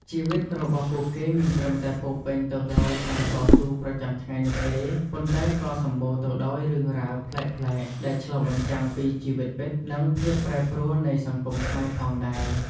ជីវិតរបស់ពួកគេមិនត្រឹមតែពោរពេញទៅដោយការតស៊ូប្រចាំថ្ងៃនោះទេ ប៉ុន្តែក៏សម្បូរទៅដោយរឿងរ៉ាវប្លែកៗ ដែលឆ្លុះបញ្ចាំងពីជីវិតពិត និងភាពប្រែប្រួលនៃសង្គមខ្មែរផងដែរ។